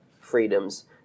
freedoms